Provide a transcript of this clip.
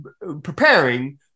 preparing